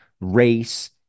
race